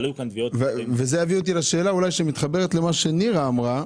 זה מביא אותי לשאלה שאולי מתחברת למה שנירה אמרה.